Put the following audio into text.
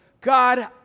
God